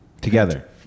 Together